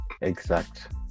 exact